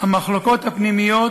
המחלוקות הפנימיות